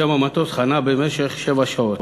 ושם המטוס חנה במשך שבע שעות.